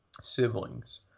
siblings